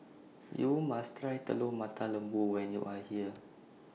YOU must Try Telur Mata Lembu when YOU Are here